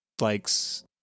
likes